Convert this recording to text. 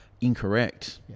incorrect